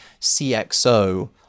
CXO